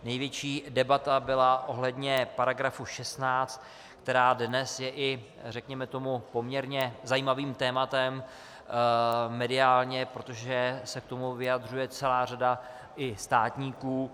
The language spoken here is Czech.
Největší debata byla ohledně § 16, která dnes je, řekněme tomu, i poměrně zajímavým tématem mediálně, protože se k tomu vyjadřuje celá řada i státníků.